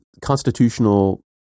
constitutional